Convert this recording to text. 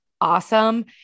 awesome